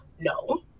No